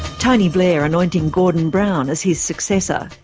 tony blair anointing gordon brown as his successor.